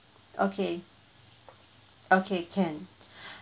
okay okay can